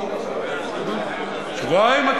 שבועיים?